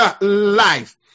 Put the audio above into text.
life